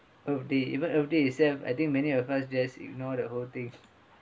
oh they even earth day itself I think many of us just ignore the whole thing